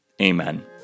Amen